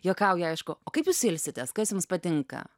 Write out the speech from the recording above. juokauju aišku o kaip jūs ilsitės kas jums patinka